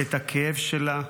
את הכאב שלה,